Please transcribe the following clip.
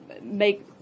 Make